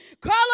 Call